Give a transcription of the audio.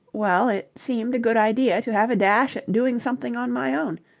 well, it seemed a good idea to have a dash at doing something on my own.